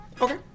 okay